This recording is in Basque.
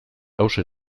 hauxe